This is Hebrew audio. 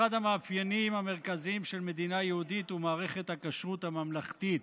אחד המאפיינים המרכזיים של מדינה יהודית הוא מערכת הכשרות הממלכתית.